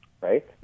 right